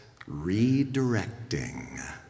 redirecting